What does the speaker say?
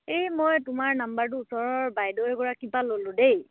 এই মই তোমাৰ নাম্বাৰটো ওচৰৰ বাইদেউএগৰাকীৰ পৰা ল'লোঁ দেই